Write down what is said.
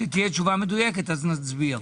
כאשר תהיה תשובה מדויקת אנחנו נצביע.